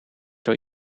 door